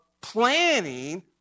planning